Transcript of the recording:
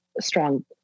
strong